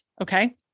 Okay